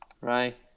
right